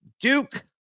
Duke